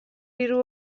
diru